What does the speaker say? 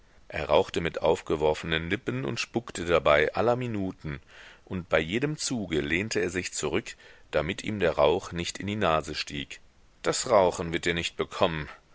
er rauchte mit aufgeworfenen lippen und spuckte dabei aller minuten und bei jedem zuge lehnte er sich zurück damit ihm der rauch nicht in die nase stieg das rauchen wird dir nicht bekommen